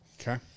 Okay